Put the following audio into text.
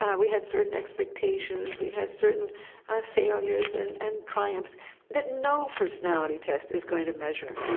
and we had certain expectations, we had certain ah failures and and triumphs that no personality test is going to measure.